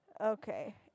Okay